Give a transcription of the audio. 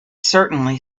certainly